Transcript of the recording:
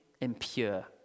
impure